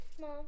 Mom